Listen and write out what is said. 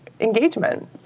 engagement